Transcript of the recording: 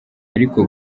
ariko